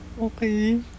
Okay